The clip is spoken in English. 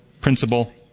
principle